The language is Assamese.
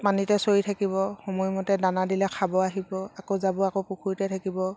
পানীতে চৰি থাকিব সময়মতে দানা দিলে খাব আহিব আকৌ যাব আকৌ পুখুৰীতে থাকিব